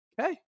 Okay